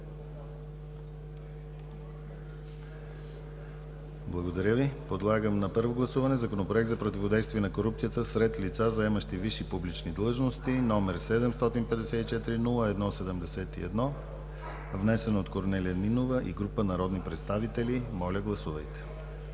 гласуване. Подлагам на първо гласуване Законопроект за противодействие на корупцията сред лица, заемащи висши публични длъжности, № 754-01-71, внесен от Корнелия Нинова и група народни представители. Гласували